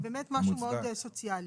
זה באמת משהו מאוד סוציאלי.